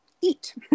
eat